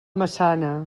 massana